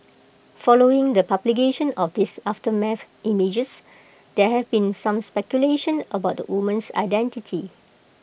following the publication of these aftermath images there have been some speculation about the woman's identity